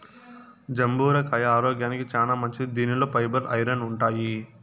జంబూర కాయ ఆరోగ్యానికి చానా మంచిది దీనిలో ఫైబర్, ఐరన్ ఉంటాయి